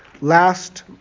last